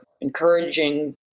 encouraging